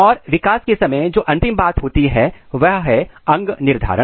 और विकास के समय जो अंतिम बात होती है वह है अंग निर्धारण